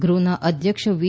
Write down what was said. ગૃહના અધ્યક્ષ વી